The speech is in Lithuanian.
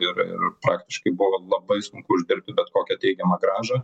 ir ir praktiškai buvo labai sunku uždirbti bet kokią teigiamą grąžą